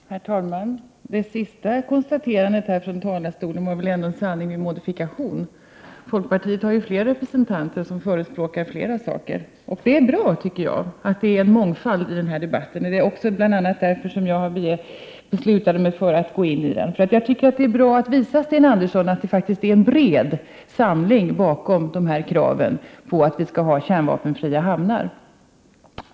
Herr talman! Det sista konstaterandet från talarstolen är väl ändå en sanning med modifikation. Folkpartiet har ju fler representanter, som förespråkar flera olika saker. Och det är bra att många deltar i debatten, och det är också därför jag beslutat att gå in i den. Det är bra att visa Sten Andersson att det är en bred samling kring kravet på kärnvapenfria hamnar.